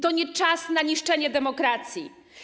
To nie czas na niszczenie demokracji.